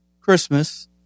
Christmas